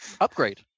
Upgrade